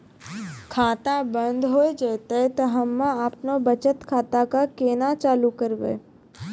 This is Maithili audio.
खाता बंद हो जैतै तऽ हम्मे आपनौ बचत खाता कऽ केना चालू करवै?